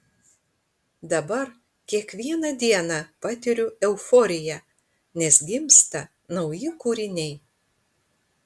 dabar kiekvieną dieną patiriu euforiją nes gimsta nauji kūriniai